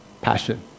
Passion